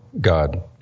God